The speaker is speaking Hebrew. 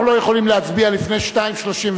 אנחנו לא יכולים להצביע לפני 14:37,